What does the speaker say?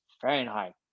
Fahrenheit